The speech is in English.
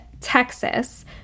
Texas